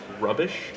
rubbish